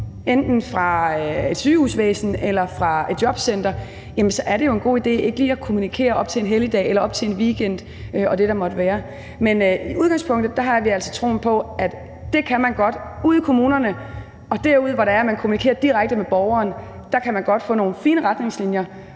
enten fra et sygehusvæsen eller fra et jobcenter, jamen så er det jo en god idé ikke lige at kommunikere op til en helligdag eller op til en weekend, eller hvad der måtte være. Men i udgangspunktet har vi altså troen på, at det kan man godt ude i kommunerne. Derude, hvor man kommunikerer direkte med borgeren, kan man godt få nogle fine retningslinjer,